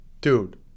Dude